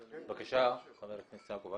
בבקשה, חבר הכנסת יעקב אשר.